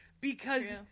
because-